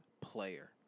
player